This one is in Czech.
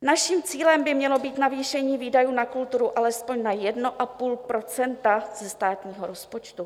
Naším cílem by mělo být navýšení výdajů na kulturu alespoň na 1,5 % ze státního rozpočtu.